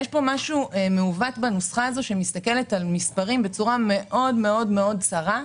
יש פה משהו מעוות בנוסחה הזאת שמסתכלת על מספרים בצורה צרה מאוד,